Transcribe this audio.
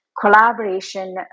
collaboration